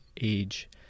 age